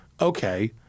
okay